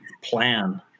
plan